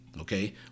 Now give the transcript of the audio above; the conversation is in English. Okay